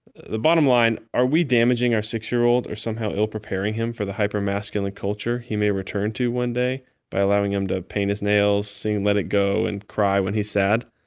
the bottom line, are we damaging our six year old or somehow ill preparing him for the hyper-masculine culture he may return to one day by allowing him to paint his nails, sing let it go and cry when he's sad?